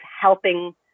helping